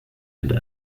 and